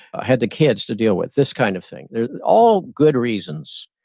i had the kids to deal with, this kind of thing. they're all good reasons,